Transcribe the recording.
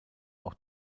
auch